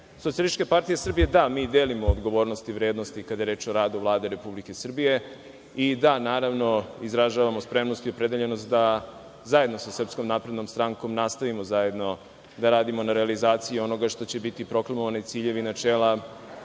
Socijalističke partije Srbije, da, mi delimo odgovornosti i vrednosti kada je reč o Vladi Republike Srbije i da, naravno, izražavamo spremnost i opredeljenost da zajedno sa Srpskom naprednom strankom nastavimo zajedno da radimo na realizaciji onoga što će biti proklamovani ciljevi i načela